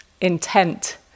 intent